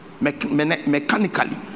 mechanically